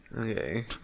okay